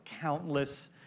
countless